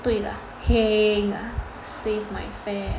对了 heng ah save my fare